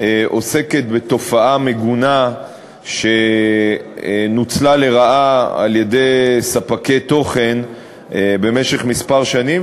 עוסקת בתופעה מגונה שנוצלה לרעה על-ידי ספקי תוכן במשך כמה שנים.